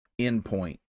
endpoint